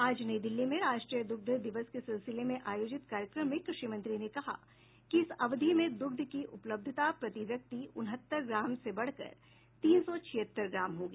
आज नई दिल्ली में राष्ट्रीय दुग्ध दिवस के सिलसिले में आयोजित कार्यक्रम में क्रषि मंत्री ने कहा कि इस अवधि में द्ग्ध की उपलब्धता प्रति व्यक्ति उनहत्तर ग्राम से बढ़कर तीन सौ छिहत्तर ग्राम हो गया